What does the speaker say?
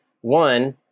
One